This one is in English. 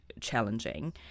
challenging